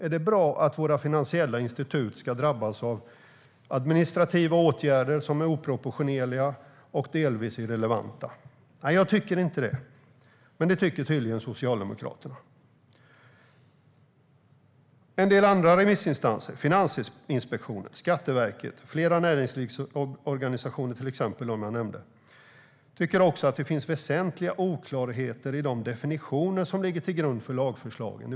Är det bra att våra finansiella institut ska drabbas av administrativa åtgärder som är oproportionerliga och delvis irrelevanta? Jag tycker inte det, men det tycker tydligen Socialdemokraterna. En del andra remissinstanser, Finansinspektionen, Skatteverket och flera näringslivsorganisationer, till exempel de jag nämnde, tycker också att det finns väsentliga oklarheter i de definitioner som ligger till grund för lagförslagen.